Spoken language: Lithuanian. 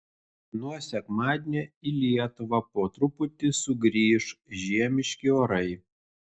nuo sekmadienio į lietuvą po truputį sugrįš žiemiški orai